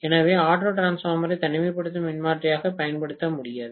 எனவே ஆட்டோ டிரான்ஸ்பார்மரை தனிமைப்படுத்தும் மின்மாற்றியாக பயன்படுத்த முடியாது